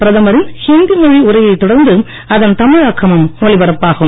பிரதமரின் இந்தி மொழி உரையை தொடர்ந்து அதன் தமிழாக்கமும் ஒலிபரப்பாகும்